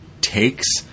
takes